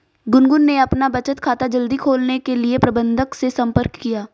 गुनगुन ने अपना बचत खाता जल्दी खोलने के लिए प्रबंधक से संपर्क किया